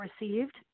received